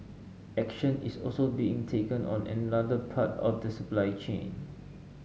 action is also being taken on another part of the supply chain